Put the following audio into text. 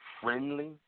friendly